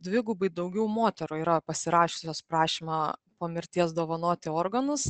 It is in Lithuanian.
dvigubai daugiau moterų yra pasirašiusios prašymą po mirties dovanoti organus